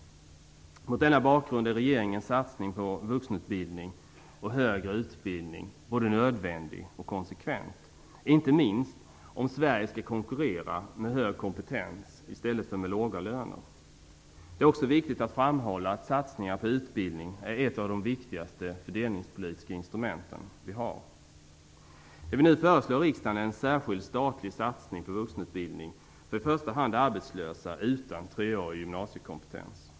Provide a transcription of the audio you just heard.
Mot denna bakgrund är regeringens satsning på vuxenutbildning och högre utbildning både nödvändig och konsekvent, inte minst om Sverige skall konkurrera med hög kompetens i stället för med låga löner. Det är också viktigt att framhålla att satsningar på utbildning är ett av de viktigaste fördelningspolitiska instrument vi har. Det vi nu föreslår riskdagen är en särskild statlig satsning på vuxenutbildning för i första hand arbetslösa utan treårig gymnasiekompetens.